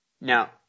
Now